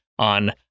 on